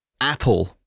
Apple